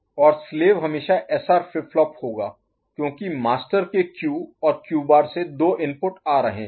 और स्लेव हमेशा SR flip flop होगा क्योंकि मास्टर के क्यू और क्यू बार से दो इनपुट आ रहे हैं